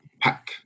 pack